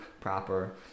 proper